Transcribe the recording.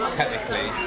technically